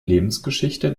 lebensgeschichte